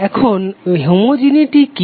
এখন হোমোজেনেটি কি